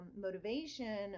motivation